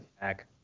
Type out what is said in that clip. back